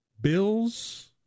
Bills